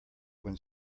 when